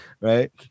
Right